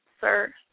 sir